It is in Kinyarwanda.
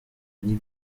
ari